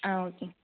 ஆ okay